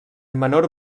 menor